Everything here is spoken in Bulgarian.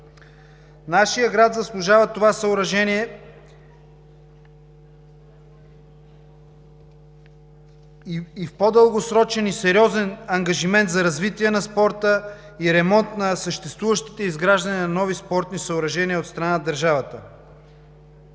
Нашият град заслужава това съоръжение и в по-дългосрочен и сериозен ангажимент за развитие на спорта и ремонт на съществуващите и изграждане на нови спортни съоръжения от страна на държавата.